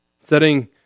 Setting